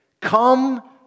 come